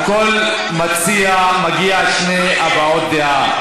על כל מציע מגיע שתי הבעות דעה.